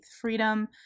freedom